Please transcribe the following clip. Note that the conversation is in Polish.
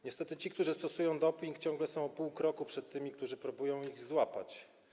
Niestety ci, którzy stosują doping, ciągle są o pół kroku przed tymi, którzy próbują ich złapać.